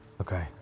Okay